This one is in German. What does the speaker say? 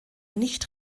nicht